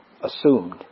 assumed